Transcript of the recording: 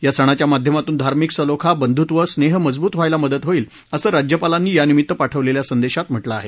या सणाच्या माध्यमातून धार्मिक सलोखा बंधुत्व स्नेह मजबूत व्हायला मदत होईल असं राज्यपालांनी यानिमित्त पाठवलेल्या संदेशात म्हटलं आहे